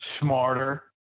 smarter